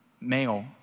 male